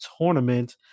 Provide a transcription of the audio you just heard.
tournament